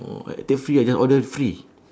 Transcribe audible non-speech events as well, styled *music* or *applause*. *noise* take free ya then all then free